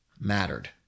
Mattered